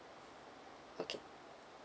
okay